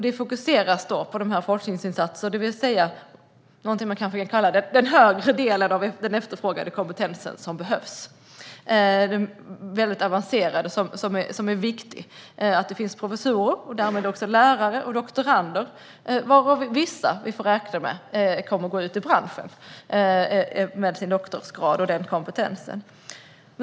Det fokuseras då på forskningsinsatser och på vad man kalla den högre delen av den efterfrågade avancerade kompetens som behövs, som professorer, lärare och doktorander. Vissa av dem får vi räkna med kommer att gå ut i branschen med sin doktorsgrad och den kompetensen.